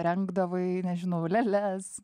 rengdavai nežinau lėles